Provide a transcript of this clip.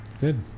Good